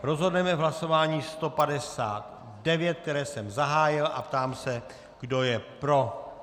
Rozhodneme v hlasování 159, které jsem zahájil, a ptám se, kdo je pro.